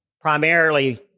primarily